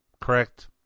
Correct